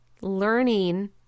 learning